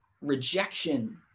rejection